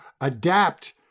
adapt